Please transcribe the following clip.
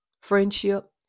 friendship